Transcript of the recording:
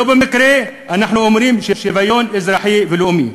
לא במקרה אנחנו אומרים "שוויון אזרחי ולאומי".